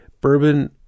bourbon